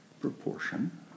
proportion